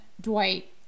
Dwight